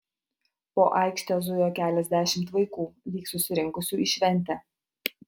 po aikštę zujo keliasdešimt vaikų lyg susirinkusių į šventę